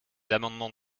amendements